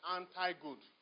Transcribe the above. Anti-good